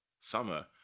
summer